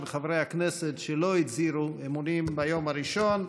חברי כנסת שלא הצהירו אמונים ביום הראשון.